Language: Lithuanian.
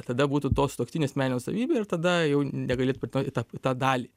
tada būtų to sutuoktinio asmeninė nuosavybė ir tada jau negalėtų pretenduot į į tą dalį